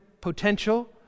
potential